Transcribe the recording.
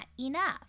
enough